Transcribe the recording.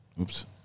Oops